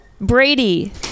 Brady